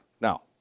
Now